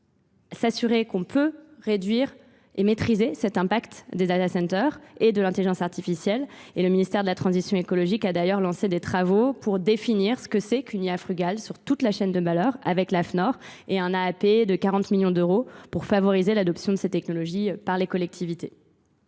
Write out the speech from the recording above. s'assurer qu'on peut réduire et maîtriser cet impact des data centers et de l'intelligence artificielle. Et le ministère de la Transition écologique a d'ailleurs lancé des travaux pour définir ce que c'est qu'une IAF rugale sur toute la chaîne de malheur avec l'AFNOR et un AAP de 40 millions d'euros pour favoriser l'adoption de ces technologies par les collectivités.